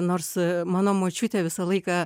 nors mano močiutė visą laiką